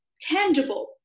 tangible